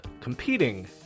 competing